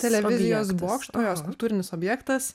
televizijos bokšto jos kultūrinis objektas